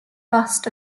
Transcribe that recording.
bust